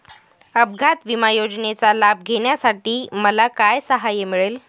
अपघात विमा योजनेचा लाभ घेण्यासाठी मला काय सहाय्य मिळेल?